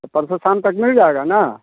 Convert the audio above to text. तो परसो साम तक मिल जाएगा न